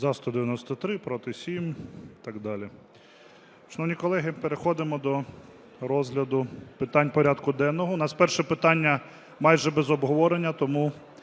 За-193 Проти – 7 і так далі.